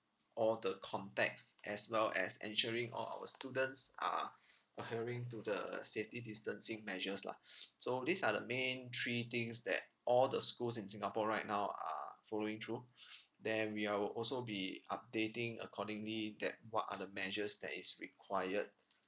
all the context as well as ensuring all our students are adhering to the safety distancing measures lah so these are the main three things that all the schools in singapore right now are following through then we're al~ also be updating accordingly that what other measures that is required